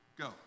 go